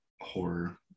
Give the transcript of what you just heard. Horror